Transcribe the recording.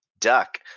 duck